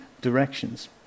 directions